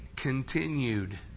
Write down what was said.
continued